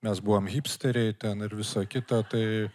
mes buvom hipsteriai ten ir visa kita tai